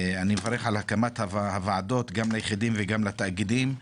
אני מברך על הקמת הוועדות גם ליחידים וגם לתאגידים,